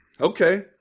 Okay